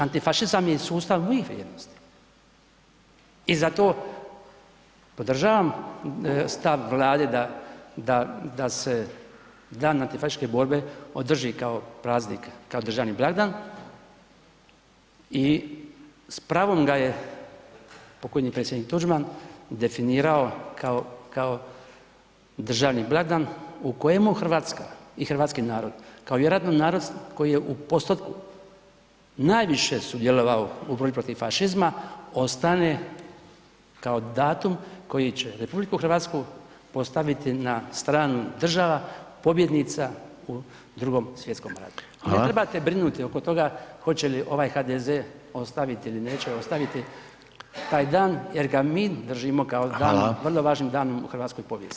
Antifašizam je iz sustava … [[Govornik se ne razumije]] vrijednosti i zato podržavam stav Vlade da, da, da se Dan antifašističke borbe održi kao praznik, kao državni blagdan i s pravom ga je pokojni predsjednik Tuđman definirao kao, kao Državni blagdan u kojemu RH i hrvatski narod kao vjerojatno narod koji je u postotku najviše sudjelovao u borbi protiv fašizma ostane kao datum koji će RH postaviti na stranu država pobjednica u drugom svjetskom ratu [[Upadica: Hvala]] ne trebate brinuti oko toga hoće li ovaj HDZ ostaviti ili neće ostaviti taj dan jer ga mi držimo [[Upadica: Hvala]] kao dan, vrlo važnim danom u hrvatskoj povijesti.